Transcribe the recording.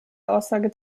aussage